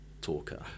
talker